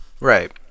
Right